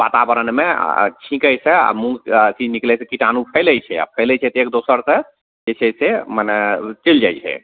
वातावरणमे छिंकैसँ आओर मुँह अथी निकलैसँ कीटाणु फैलय छै आओर फैलय छै तऽ एक दोसरसँ जे छै से मने चलि जाइ छै